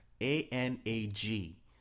A-N-A-G